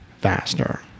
faster